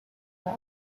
that